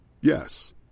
Yes